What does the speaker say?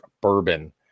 bourbon